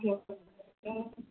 okay